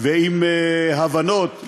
ועם הבנות.